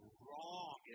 wrong